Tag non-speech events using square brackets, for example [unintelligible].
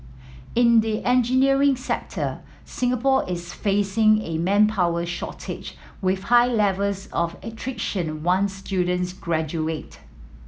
in the engineering sector Singapore is facing a manpower shortage with high levels of [unintelligible] once students graduate